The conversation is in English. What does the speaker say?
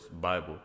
Bible